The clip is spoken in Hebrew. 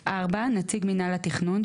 (4) נציג מינהל התכנון,